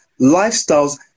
lifestyles